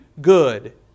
good